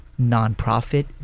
nonprofit